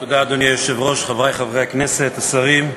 היושב-ראש, תודה, חברי חברי הכנסת, השרים,